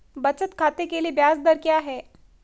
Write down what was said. बचत खाते के लिए ब्याज दर क्या है?